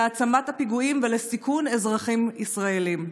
להעצמת הפיגועים ולסיכון אזרחים ישראלים.